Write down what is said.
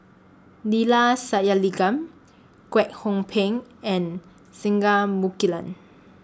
Neila Sathyalingam Kwek Hong Png and Singai Mukilan